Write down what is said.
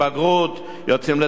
"יוצאים לדרך אזרחית",